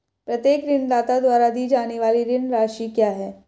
प्रत्येक ऋणदाता द्वारा दी जाने वाली ऋण राशि क्या है?